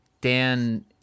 dan